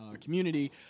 Community